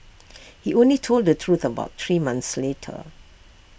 he only told the truth about three months later